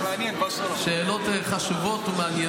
מה אתה --- יש לך שאלות חשובות ומעניינות.